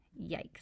Yikes